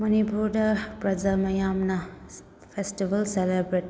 ꯃꯅꯤꯄꯨꯔꯗ ꯄ꯭ꯔꯖꯥ ꯃꯌꯥꯝꯅ ꯐꯦꯁꯇꯤꯕꯦꯜ ꯁꯦꯂꯦꯕ꯭ꯔꯦꯠ